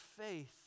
faith